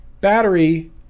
Battery